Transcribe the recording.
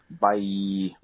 Bye